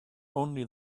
only